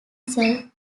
self